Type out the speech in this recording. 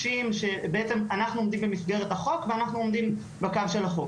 בעצם אנחנו עומדים במסגרת החוק ואנחנו עומדים בקו של החוק.